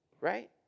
right